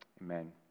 Amen